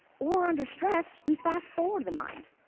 or under stress, we fast-forward the mind.